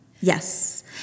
yes